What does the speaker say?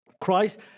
Christ